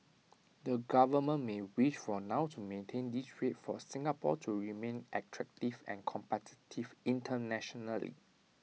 the government may wish for now to maintain this rate for Singapore to remain attractive and competitive internationally